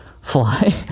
fly